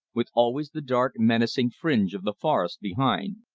with always the dark, menacing fringe of the forest behind.